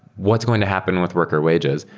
what's going to happen with worker wages?